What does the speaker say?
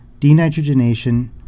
denitrogenation